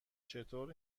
چطور